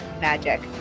magic